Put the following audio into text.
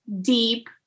deep